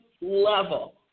level